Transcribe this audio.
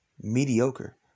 mediocre